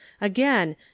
again